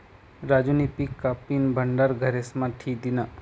राजूनी पिक कापीन भंडार घरेस्मा ठी दिन्हं